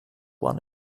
one